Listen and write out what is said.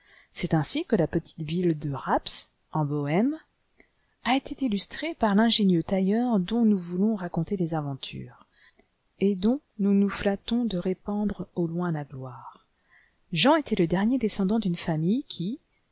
c'est ainsi que la petite ville de rapps en bohême a été illustrée par l'ingénieux tailleur dont nous voulons raconter les aventures et dont nous nous flattons de répandre au loin la gloire jean était le dernier descendant d'une famille qui